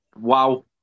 wow